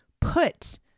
put